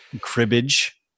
cribbage